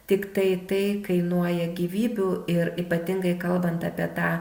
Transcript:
tiktai tai kainuoja gyvybių ir ypatingai kalbant apie tą